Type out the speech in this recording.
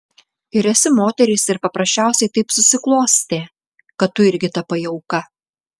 ir esi moteris ir paprasčiausiai taip susiklostė kad tu irgi tapai auka